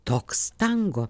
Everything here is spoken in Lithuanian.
toks tango